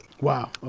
Wow